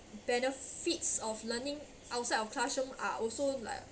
benefits of learning outside of classroom are also like